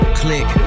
click